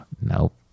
nope